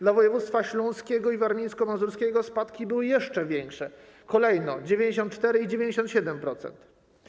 Dla województw śląskiego i warmińsko-mazurskiego spadki były jeszcze większe, kolejno 94% i 97%.